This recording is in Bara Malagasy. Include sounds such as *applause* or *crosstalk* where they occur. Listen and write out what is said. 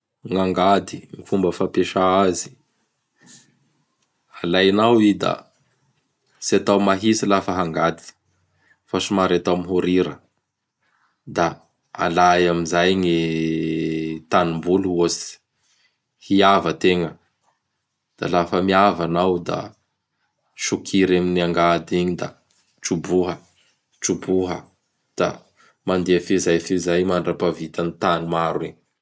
Gn'angady! Gny fomba fampiasa azy: *noise* alainao i da tsy atao mahintsy lafa hangady fa somary atao mihorira; da alay amin'izay gny tanimboly ohatsy. Hiava ategna, da lafa miava anao da sokiry amin'gny angady igny; da troboha, troboha, da mandeha fezay fezay mandrampahavitan'gn tany maro Igny. *noise*